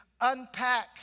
unpack